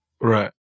Right